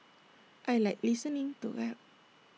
I Like listening to rap